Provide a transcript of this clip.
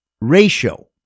ratio